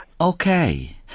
Okay